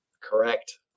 Correct